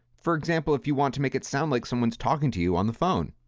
for example, if you want to make it sound like someone's talking to you on the phone,